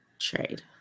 trade